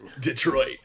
detroit